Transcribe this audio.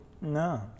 No